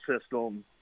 system